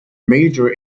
major